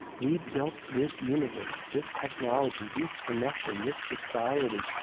we built this universe, this technology, these connections, this society,